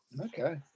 Okay